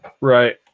Right